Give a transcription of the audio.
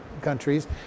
countries